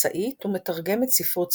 מסאית ומתרגמת ספרות צרפתית,